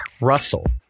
Russell